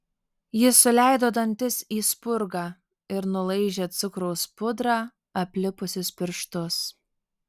ji suleido dantis į spurgą ir nulaižė cukraus pudra aplipusius pirštus